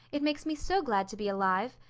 it makes me so glad to be alive.